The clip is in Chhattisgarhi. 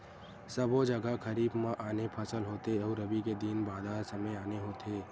सबो जघा खरीफ म आने फसल होथे अउ रबी के दिन बादर समे आने होथे